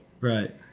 Right